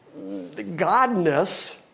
godness